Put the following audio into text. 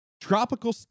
Tropical